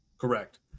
correct